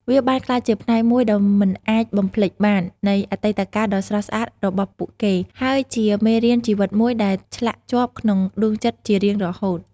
វាបានក្លាយជាផ្នែកមួយដែលមិនអាចបំភ្លេចបាននៃអតីតកាលដ៏ស្រស់ស្អាតរបស់ពួកគេ ហើយជាមេរៀនជីវិតមួយដែលឆ្លាក់ជាប់ក្នុងដួងចិត្តជារៀងរហូត។